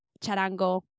charango